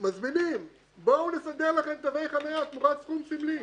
מזמינים: בואו לסדר לכם תווי חניה תמורת סכום סמלי.